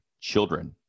children